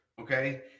okay